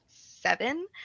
seven